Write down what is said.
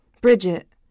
Bridget